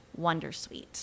Wondersuite